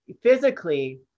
physically